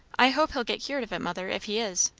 i hope he'll get cured of it, mother, if he is.